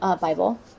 Bible